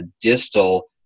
distal